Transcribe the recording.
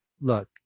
look